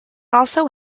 also